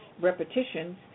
repetitions